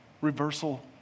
reversal